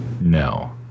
No